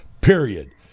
period